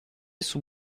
sous